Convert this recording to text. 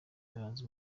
yaranze